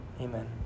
amen